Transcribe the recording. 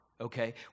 Okay